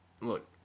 Look